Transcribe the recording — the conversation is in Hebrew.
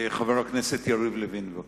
חבר הכנסת יריב לוין, בבקשה.